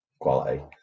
Quality